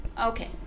Okay